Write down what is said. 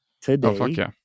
today